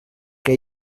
que